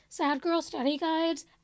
sadgirlstudyguides